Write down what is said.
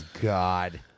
God